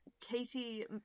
Katie